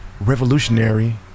revolutionary